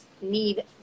need